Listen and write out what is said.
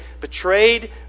betrayed